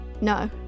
No